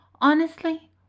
Honestly